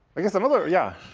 i guess another yeah?